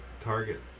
target